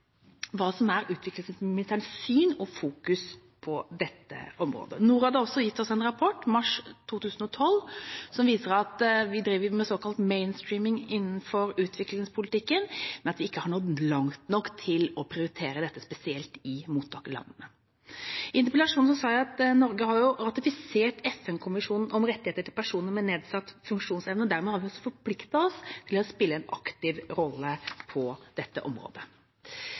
hva som er utenriksministerens syn og fokusering på dette området. Norad har også gitt oss en rapport, i mars 2012, som viser at vi driver med såkalt «mainstreaming» innenfor utviklingspolitikken, men at vi ikke har nådd langt nok til å prioritere dette spesielt i mottakerlandene. I interpellasjonsteksten står det at Norge har ratifisert FN-konvensjonen om rettighetene til personer med nedsatt funksjonsevne, og dermed har vi også forpliktet oss til å spille en aktiv rolle på dette området.